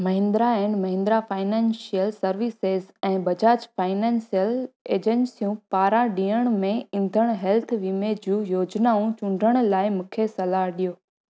Mahindra and Mahindra financial services ऐं Bajaj financial एजेंसियुनि पारां ॾियण में ईंदड़ हेल्थ वीमे जूं योजनाऊं चूंडण लाइ मूंखे सलाह ॾियो